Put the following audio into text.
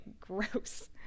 gross